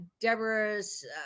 deborah's